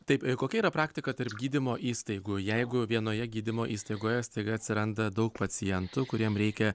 taip kokia yra praktika tarp gydymo įstaigų jeigu vienoje gydymo įstaigoje staiga atsiranda daug pacientų kuriem reikia